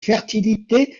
fertilité